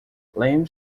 lembre